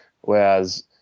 whereas